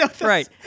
right